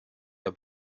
der